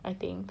I think